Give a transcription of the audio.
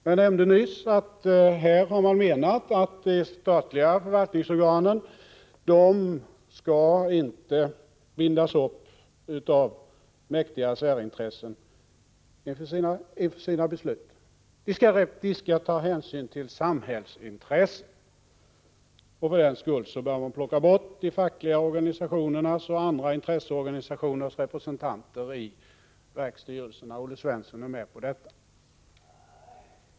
Jag nämnde nyss att man menat att de statliga förvaltningsorganen i sina beslut inte skall bindas upp av mäktiga särintressen. Man skall ta hänsyn till samhällsintresset, och för den skull bör man plocka bort de fackliga organisationernas och andra intresseorganisationers representanter i verkstyrelserna. Denna uppfattning delas av Olle Svensson.